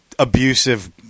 Abusive